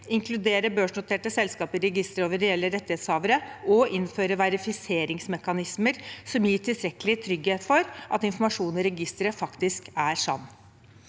inkludere børsnoterte selskap i registeret over reelle rettighetshavere og innføre verifiseringsmekanismer som gir tilstrekkelig trygghet for at informasjonen i registeret faktisk er sann.